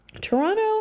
Toronto